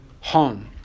home